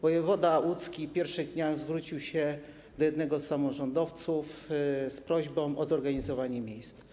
Wojewoda łódzki w pierwszych dniach zwrócił się do jednego z samorządowców z prośbą o zorganizowanie miejsc.